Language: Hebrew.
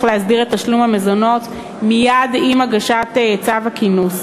להסדיר את תשלום המזונות מייד עם הגשת צו הכינוס,